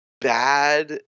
bad